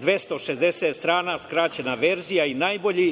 206 strana skraćena verzija i najbolji